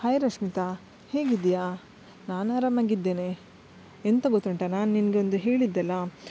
hi Rashmita ಹೇಗಿದಿಯಾ ನಾನು ಆರಾಮಾಗಿದ್ದೇನೆ ಎಂತ ಗೊತ್ತುಂಟ ನಾನು ನಿನಗೊಂದು ಹೇಳಿದ್ದಲಾ